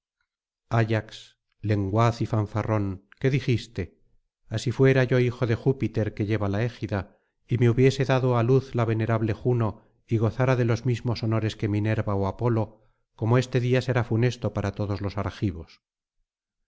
ayax lenguaz y fanfarrón qué dijiste así fuera yo hijo de júpiter que lleva la égida y me hubiese dado á luz la venerable juno y gozara de los mismos honores que minerva ó apolo como este día será funesto para todos los argivos